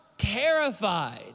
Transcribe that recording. Terrified